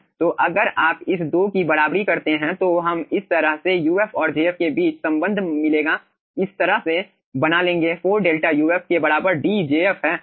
तो अगर आप इस दो की बराबरी करते हैं तो हम इस तरह से uf और jf के बीच संबंध मिलेगा इस तरह से बना लेंगे 4 𝛿 uf के बराबर D jf है